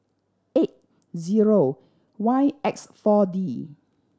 eight zero Y X Four D